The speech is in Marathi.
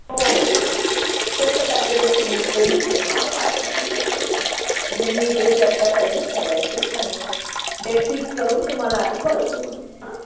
हो हो हो तसं पॅकेजेस तुम्ही तेही हां पाठवा तुम्ही व्हॉट्सअपवर म्हणजे मी इकडे चर्चा करेन सगळ्यांशी आणि मग डेट फिक्स करून तुम्हाला आधी कळवते मी हं